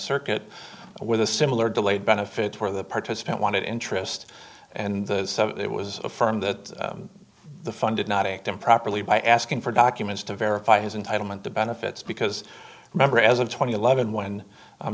circuit with a similar delayed benefits where the participant wanted interest and it was affirmed that the funded not act improperly by asking for documents to verify his entitlement the benefits because remember as a twenty eleven when